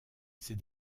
ces